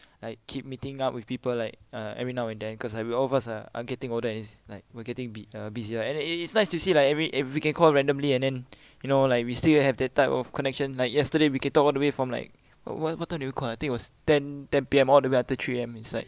like keep meeting up with people like uh every now and then cause like we all of us are are getting older and it's like we're getting bu~ uh busier and it it it's nice to see like I mean we can call randomly and then you know like we still have that type of connection like yesterday we can talk all the way from like wha~ what time did you call ah I think it was ten ten P_M all the way until three A_M it's like